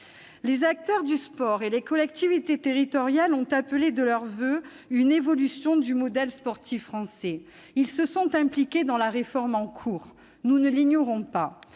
Les acteurs du sport et les collectivités territoriales ont appelé de leurs voeux une évolution du modèle sportif français, ils se sont impliqués dans la réforme en cours, nous ne l'ignorons pas.